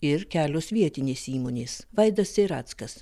ir kelios vietinės įmonės viadas sirackas